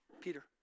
Peter